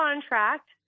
contract